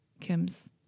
Kim's